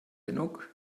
genug